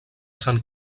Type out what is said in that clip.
sant